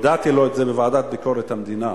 הודעתי לו את זה בוועדת ביקורת המדינה